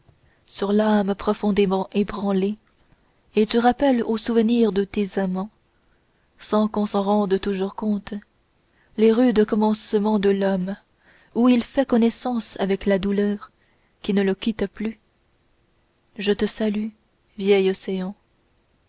sur l'âme profondément ébranlée et tu rappelles au souvenir de tes amants sans qu'on s'en rende toujours compte les rudes commencements de l'homme où il fait connaissance avec la douleur qui ne le quitte plus je te salue vieil océan